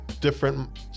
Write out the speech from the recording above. different